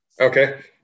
Okay